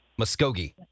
Muskogee